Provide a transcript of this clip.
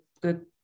good